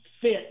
fit